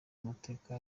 amateka